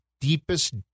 deepest